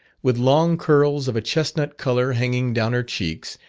with long curls of a chesnut colour hanging down her cheeks,